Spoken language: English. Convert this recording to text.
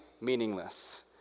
meaningless